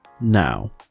now